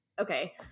okay